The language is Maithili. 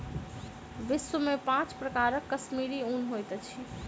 विश्व में पांच प्रकारक कश्मीरी ऊन होइत अछि